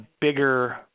bigger